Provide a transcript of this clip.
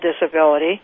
disability